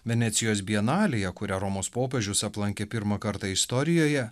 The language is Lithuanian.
venecijos bienalėje kurią romos popiežius aplankė pirmą kartą istorijoje